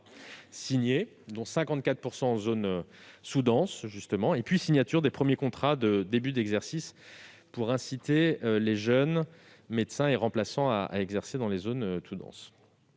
signés, dont 54 % en zones sous-denses ; et la signature des premiers contrats de début d'exercice, pour inciter les jeunes médecins et les remplaçants à exercer dans les zones sous-denses.